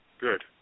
Good